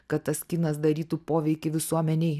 kad tas kinas darytų poveikį visuomenei